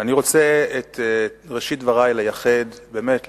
אני רוצה את ראשית דברי לייחד באמת לחברי,